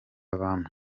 bamwe